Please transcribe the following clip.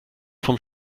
vom